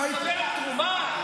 אתה מדבר על תרומה?